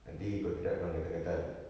nanti kalau tidak dia orang gatal-gatal